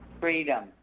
freedom